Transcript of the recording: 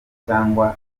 cyangwa